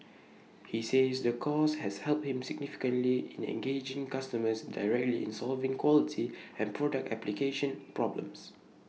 he says the course has helped him significantly in engaging customers directly in solving quality and product application problems